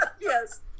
Yes